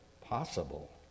possible